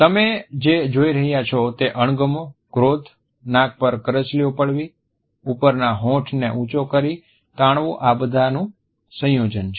તમે જે જોઈ રહ્યાં છો તે અણગમો ક્રોધ નાક પર કરચલીઓ પડવી ઉપર ના હોઠ ને ઉંચો કરી તાણવો આ બધાનું સંયોજન છે